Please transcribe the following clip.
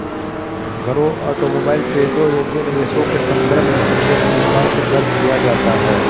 घरों, ऑटोमोबाइल, ट्रेलरों योग्य निवेशों के संदर्भ में सबसे अधिक बार उद्धृत किया जाता है